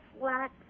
flat